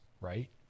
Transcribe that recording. right